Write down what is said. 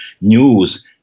news